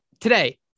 Today